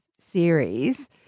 series